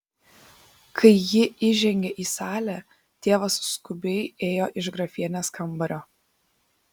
kai ji įžengė į salę tėvas skubiai ėjo iš grafienės kambario